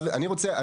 אני רוצה,